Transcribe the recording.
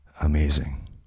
amazing